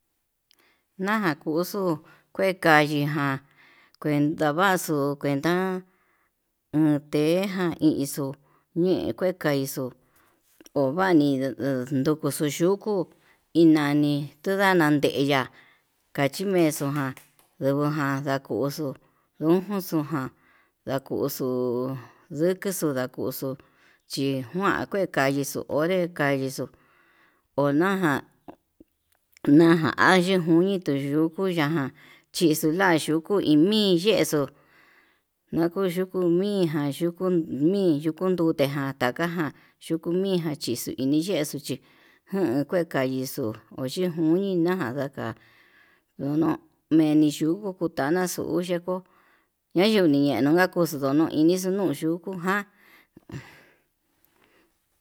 Naján kuxuu kué kayii ján kue ndavaxu kuenta nakeján, hixo ña'a kue kaixo ovani ndukuxu yuku inani tonadan ndeya'a kachi mexo'o ján ndubuján ndakuxu ndujun xun ján ndakuxu ndukuxu ndakuxu chi juan kue kayi, nduu ore yanguixo onaján naján ahi yijuni tuyuku yukuyaján chixuu ya'a luku imi'í yexuu, nakuu yuku miján na yuku mi'í ndute ján takaján yuku miján xhixo iniyexu xuchi ján kue kai hixo'o oye njumi najan nda'a ono meni yuku kutanaxu yeko yanu niyendu ján koxodono inixu no'o iyuku ján.